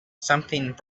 something